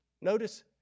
Notice